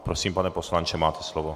Prosím, pane poslanče, máte slovo.